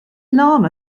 llama